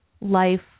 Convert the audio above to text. life